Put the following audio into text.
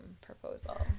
proposal